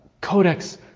Codex